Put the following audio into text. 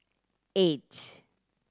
eight